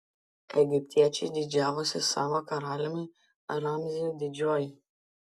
egiptiečiai didžiavosi savo karaliumi ramziu didžiuoju